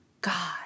God